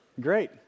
Great